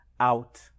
Out